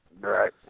Right